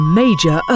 major